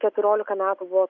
keturiolika metų buvo